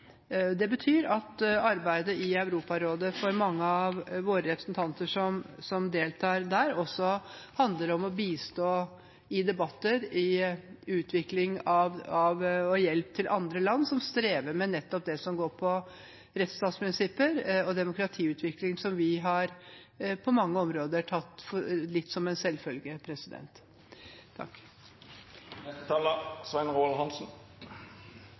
Det betyr at arbeidet i Europarådet for mange av våre representanter som deltar der, handler om å bistå i debatter, i utvikling av og hjelp til andre land som strever med nettopp det som går på rettsstatsprinsipper og demokratiutvikling, som vi på mange områder har tatt litt som en selvfølge.